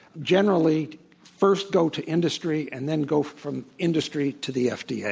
generally first go to industry and then go from industry to the fda. yeah